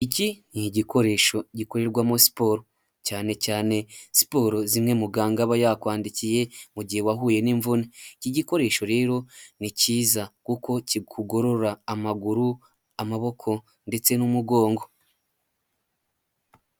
Iki ni igikoresho gikorerwamo siporo cyane cyane siporo zimwe muganga aba yakwandikiye mu gihe wahuye n'imvuni. Iki gikoresho rero ni cyiza, kuko kikugorora amaguru, amaboko ,ndetse n'umugongo.